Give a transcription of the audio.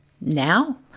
now